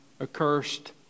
accursed